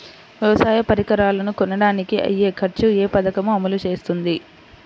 వ్యవసాయ పరికరాలను కొనడానికి అయ్యే ఖర్చు ఏ పదకము అమలు చేస్తుంది?